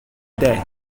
day